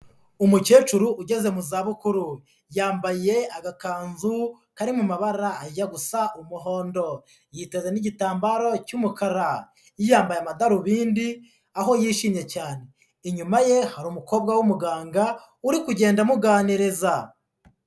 Umukecuru ugeze mu zabukuru yambaye agakanzu kari mu mabara ajya gusa umuhondo, yiteze n'igitambaro cy'umukara, yambaye amadarubindi aho yishimye cyane, inyuma ye hari umukobwa w'umuganga uri kugenda amuganiriza.